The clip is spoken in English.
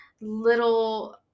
little